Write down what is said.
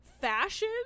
fashion